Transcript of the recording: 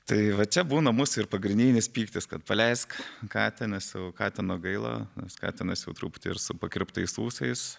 tai va čia būna mus ir pagrindinis pyktis kad paleisk katiną savo katino gaila tas katinas jau truputį ir su pakirptais ūsais